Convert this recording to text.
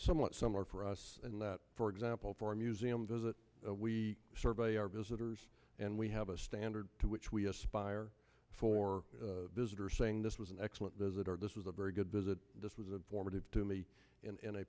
somewhat similar for us in that for example for a museum visit we survey our visitors and we have a standard to which we aspire for visitors saying this was an excellent visitor this was a very good visit this was a formative to me in a